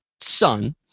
son